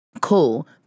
cool